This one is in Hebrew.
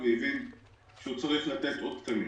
והבין שהוא צריך לתת עוד תקנים.